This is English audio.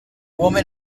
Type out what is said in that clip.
woman